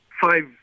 five